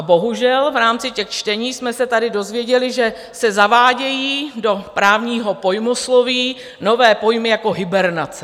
Bohužel, v rámci čtení jsme se tady dozvěděli, že se zavádějí do právního pojmosloví nové pojmy jako hibernace.